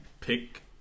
pick